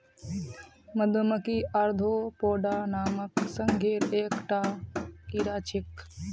मधुमक्खी ओर्थोपोडा नामक संघेर एक टा कीड़ा छे